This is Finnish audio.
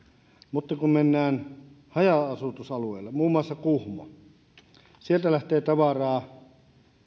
mutta kun mennään haja asutusalueille muun muassa kuhmoon niin sieltä lähtee tavaraa